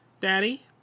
Daddy